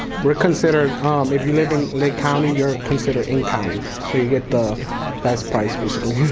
we're considered um if you live in lake county, you're considered in county, so you get the best price, basically.